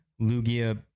Lugia